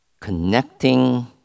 connecting